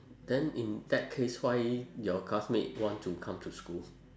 then in that case why your classmate want to come to school